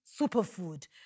superfood